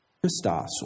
Christos